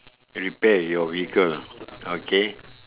repair your vehicle ah okay